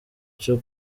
cyo